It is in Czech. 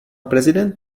prezident